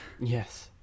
Yes